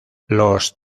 los